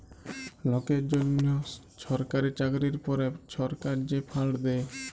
লকের জ্যনহ ছরকারি চাকরির পরে ছরকার যে ফাল্ড দ্যায়